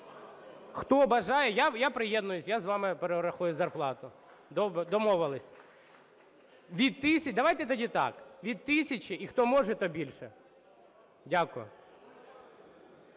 Хто бажає, я приєднуюсь, я з вами перерахую зарплату. Домовились. Давайте тоді так: від 1 тисячі, і хто може, то більше. Дякую.